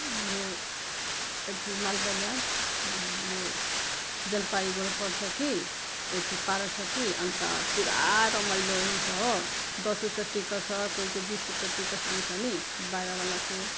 मेरो अथि मालबजार के नाम हो यो जलपाइगुडी पर्छ कि यति पार्क छ कि अनि त पुरा रमाइलो हुन्छ हो दस रुपियाँ टिकट छ कोही कोही बिस रुपियाँ टिकट लिन्छ नि बाहिरवालाके